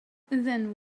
then